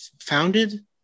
founded